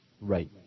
Right